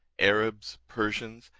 arabs, persians,